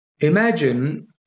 Imagine